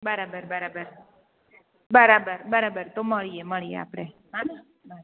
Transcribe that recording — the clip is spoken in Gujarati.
બરાબર બરાબર બરાબર બરાબર તો મળીએ મળીએ આપણે હં ને હા બાય